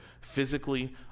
physically